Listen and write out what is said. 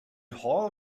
hall